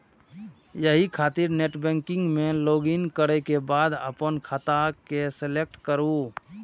एहि खातिर नेटबैंकिग मे लॉगइन करै के बाद अपन खाता के सेलेक्ट करू